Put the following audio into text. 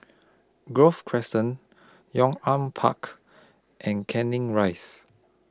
Grove Crescent Yong An Park and Canning Rise